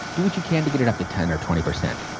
do what you can to get it up to ten or twenty percent.